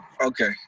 okay